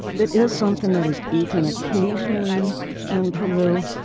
it is something that is eaten occasionally in peru,